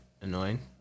annoying